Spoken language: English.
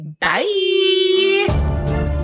Bye